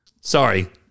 Sorry